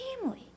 family